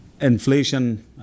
Inflation